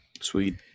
Sweet